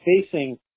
facing